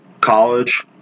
college